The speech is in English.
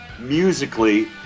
musically